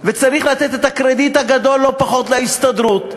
וצריך לתת את הקרדיט הגדול לא פחות להסתדרות,